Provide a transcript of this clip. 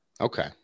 Okay